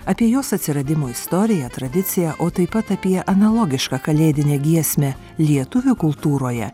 apie jos atsiradimo istoriją tradiciją o taip pat apie analogišką kalėdinę giesmę lietuvių kultūroje